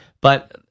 But-